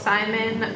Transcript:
Simon